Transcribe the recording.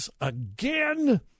again